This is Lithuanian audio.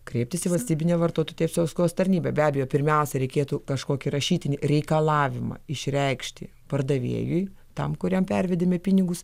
kreiptis į valstybinę vartotojų teisių apsaugos tarnybą be abejo pirmiausia reikėtų kažkokį rašytinį reikalavimą išreikšti pardavėjui tam kuriam pervedėme pinigus